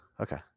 Okay